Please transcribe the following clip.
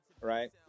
right